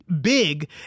big